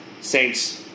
saints